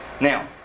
Now